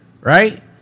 right